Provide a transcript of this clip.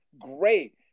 Great